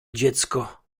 dziecko